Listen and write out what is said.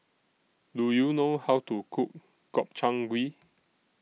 Do YOU know How to Cook Gobchang Gui